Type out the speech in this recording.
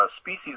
species